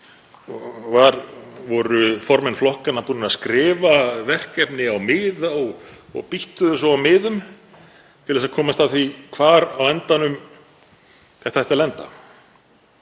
Voru formenn flokkanna búnir að skrifa verkefni á miða og býttuðu svo á miðum til þess að komast að því hvar á endanum þetta ætti að lenda?